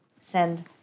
send